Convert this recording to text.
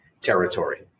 territory